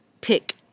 pick